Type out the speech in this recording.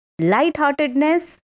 lightheartedness